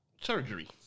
Surgery